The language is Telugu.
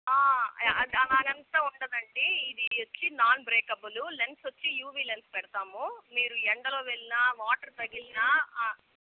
అద అలగంతా ఉండదండీ ఇదొచ్చి నాన్ బ్రేకబుల్ లెన్స్ వచ్చి యూవి లెన్స్ పెడతాము మీరు ఎండలో వెళ్ళినా వాటర్ తగిలినా